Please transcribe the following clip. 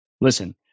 listen